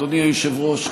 אדוני היושב-ראש,